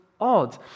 odd